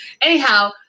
Anyhow